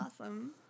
awesome